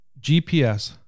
GPS